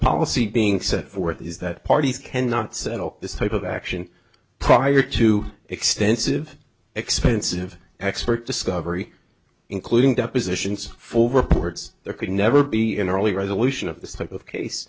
policy being set forth is that parties can not settle this type of action prior to extensive expensive expert discovery including depositions for reports there could never be an early resolution of this type of case